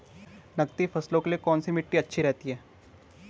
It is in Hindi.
नकदी फसलों के लिए कौन सी मिट्टी अच्छी रहती है?